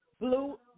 Blue